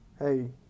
Hey